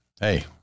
hey